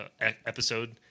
episode